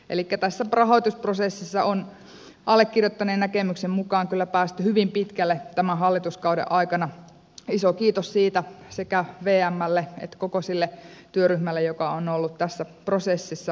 elikkä tässä rahoitusprosessissa on allekirjoittaneen näkemyksen mukaan kyllä päästy hyvin pitkälle tämän hallituskauden aikana iso kiitos siitä sekä vmlle että koko sille työryhmälle joka on ollut tässä prosessissa mukana toimimassa